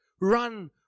run